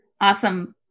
Awesome